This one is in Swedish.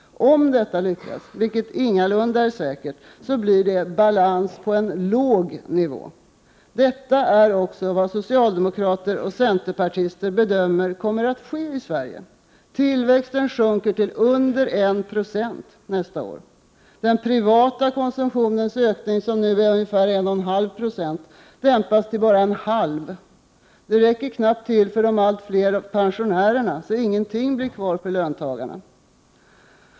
Om detta lyckas — vilket ingalunda är säkert — blir det balans på låg nivå. Det är också vad socialdemokrater och centerpartister bedömer kommer att ske i Sverige. Tillväxten sjunker till under 1 96 nästa år. Den privata konsumtionens ökning som nu ligger på ungefär 1,5 20 dämpas till bara 0,5 26. Det räcker knappt till för de allt fler pensionärerna, så ingenting blir kvar för löntagarna.